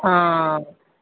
हँ हँ